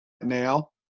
now